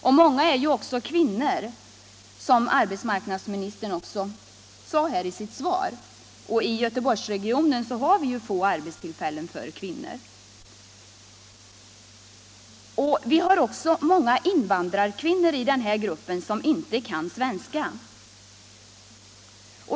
Dessutom är många kvinnor, som arbetsmarknadsministern sade, och i Göteborgsregionen har vi få arbetstillfällen för kvinnor. I den här gruppen finns också många invandrarkvinnor som inte kan svenska.